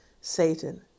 Satan